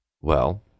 Well